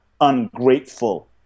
ungrateful